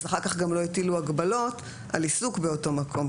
אז אחר כך גם לא הטילו הגבלות על עיסוק באותו מקום,